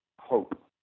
hope